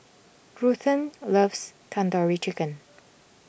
Ruthanne loves Tandoori Chicken